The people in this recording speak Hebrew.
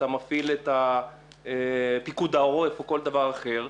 אתה מפעיל את פיקוד העורף או כל דבר אחר.